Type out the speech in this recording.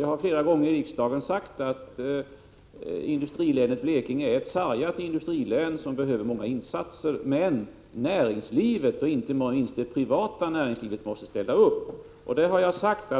Jag har flera gånger i riksdagen sagt att industrilänet Blekinge är ett sargat industrilän som behöver insatser. Men näringslivet, inte minst det privata, måste ställa upp. Jag har sagt,